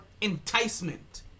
enticement